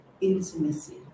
intimacy